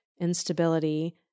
instability